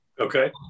Okay